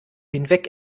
hinweg